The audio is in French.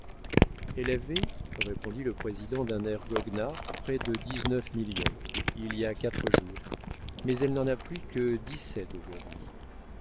elle avait répondit le président d'un air goguenard près de dix-neuf millions il y a quatre jours mais elle n'en a plus que dix-sept aujourd'hui